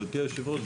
גברתי היושבת-ראש,